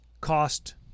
cost